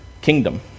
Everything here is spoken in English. kingdom